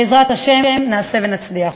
בעזרת השם נעשה ונצליח.